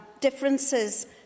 differences